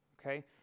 okay